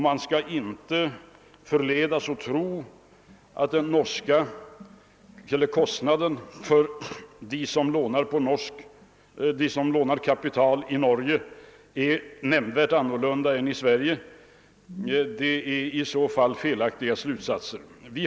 Man skall inte förledas att tro att det råder någon nämnvärd skillnad mellan kostnaden för den som lånar kapital i Norge och kostnaden för den som lånar kapital i Sverige. Det är i så fall en felaktig slutsats.